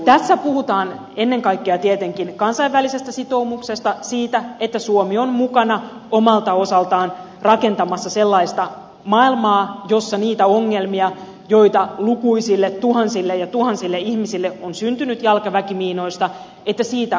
tässä puhutaan ennen kaikkea tietenkin kansainvälisestä sitoumuksesta siitä että suomi on mukana omalta osaltaan rakentamassa sellaista maailmaa missä niistä ongelmista joita lukuisille tuhansille ja tuhansille ihmisille on syntynyt jalkaväkimiinoista päästään eroon